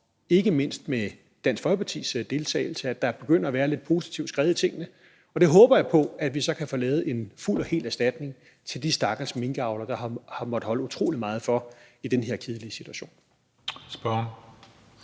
ikke mindst med Dansk Folkepartis deltagelse, begynder at komme lidt positivt skred i tingene, og jeg håber på, at vi kan få lavet en fuld og hel erstatningsordning til de stakkels minkavlere, der har måttet holde utrolig meget for i den her kedelige situation.